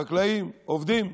חקלאים, עובדים,